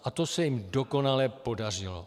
A to se jim dokonale podařilo.